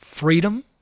freedom